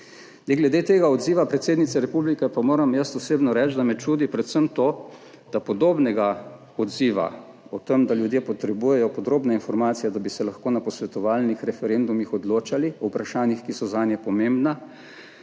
Glede tega odziva predsednice Republike pa moram jaz osebno reči, da me čudi predvsem to, da podobnega odziva o tem, da ljudje potrebujejo podrobne informacije, da bi se lahko na posvetovalnih referendumih odločali o vprašanjih, ki so zanje pomembna,